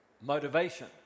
motivation